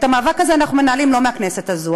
את המאבק הזה אנחנו מנהלים לא מהכנסת הזאת.